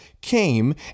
came